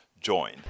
join